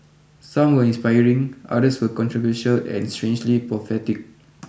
some were inspiring others were controversial and strangely prophetic